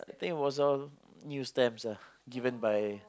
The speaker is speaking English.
think it was all new stamps ah given by